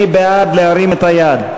מי בעד, להרים את היד.